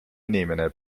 inimene